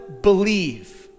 believe